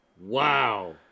Wow